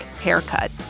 haircut